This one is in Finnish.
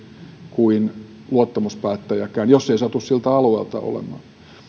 kuin luottamuspäättäjäkään jos ei satu siltä alueelta olemaan